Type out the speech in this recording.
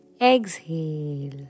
Exhale